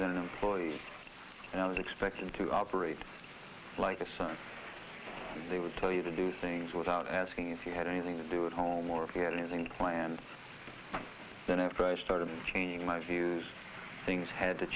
son an employee and i was expecting to operate like a son they would tell you to do things without asking if you had anything to do at home or it isn't planned then after i started changing my views things had to